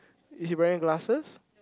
is he wearing glasses